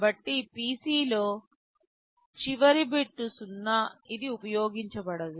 కాబట్టి PC లో చివరి బిట్ 0 ఇది ఉపయోగించబడదు